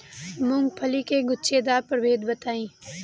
मूँगफली के गूछेदार प्रभेद बताई?